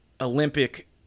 Olympic